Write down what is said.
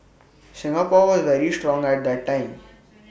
Singapore was very strong at that time